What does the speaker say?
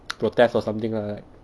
protest or something lah like